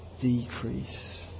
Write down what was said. decrease